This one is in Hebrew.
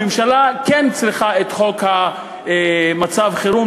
הממשלה כן צריכה את חוק מצב החירום,